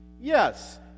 Yes